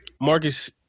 marcus